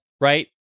right